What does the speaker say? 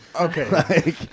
Okay